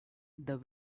the